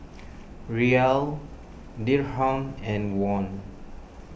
Riyal Dirham and Won